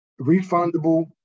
refundable